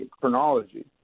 chronology